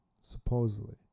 supposedly